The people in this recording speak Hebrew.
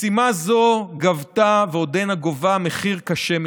משימה זו גבתה ועודנה גובה מחיר קשה מנשוא.